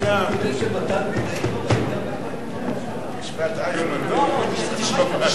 הצעת הסיכום שהביא חבר הכנסת דב חנין לא נתקבלה.